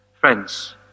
Friends